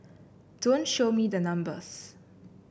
don't show me the numbers